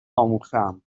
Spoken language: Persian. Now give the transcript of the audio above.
آموختهام